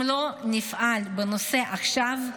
אם לא נפעל בנושא עכשיו,